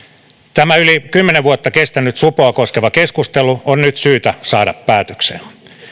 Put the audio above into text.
tämä yli kymmenen vuotta kestänyt supoa koskeva keskustelu on nyt syytä saada päätökseen